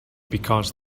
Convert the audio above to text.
because